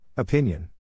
Opinion